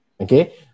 okay